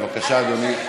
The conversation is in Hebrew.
בבקשה, אדוני.